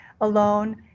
alone